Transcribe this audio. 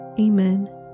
Amen